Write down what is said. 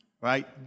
Right